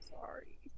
sorry